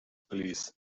please